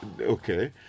Okay